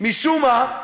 משום מה,